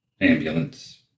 Ambulance